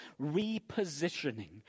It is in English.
repositioning